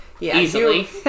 Easily